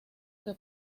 que